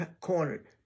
cornered